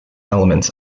elements